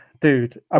dude